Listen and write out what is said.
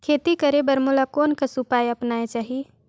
खेती करे बर मोला कोन कस उपाय अपनाये चाही?